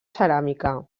ceràmica